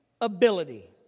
ability